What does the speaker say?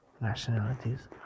nationalities